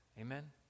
Amen